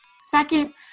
Second